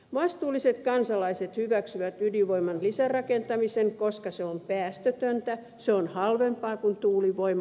vastuulliset kansalaiset hyväksyvät ydinvoiman lisärakentamisen koska se on päästötöntä se on halvempaa kuin tuulivoima